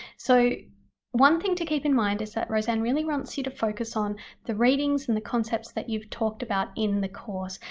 so one thing to keep in mind is that rosanne really wants you to focus on the readings and the concepts that you've talked about in the course,